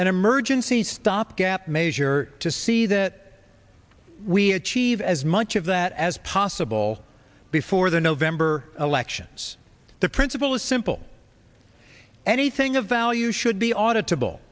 an emergency stop gap measure to see that we achieve as much of that as possible before the november elections the principle is simple anything of value should be ought to bowl